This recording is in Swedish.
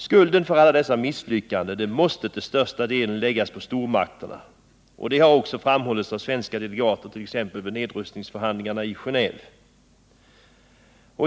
Skulden för alla dessa misslyckanden måste till största delen läggas på stormakterna, och det har också framhållits av svenska delegater t.ex. vid nedrustningsförhandlingarna i Genéve.